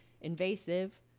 invasive